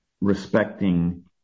respecting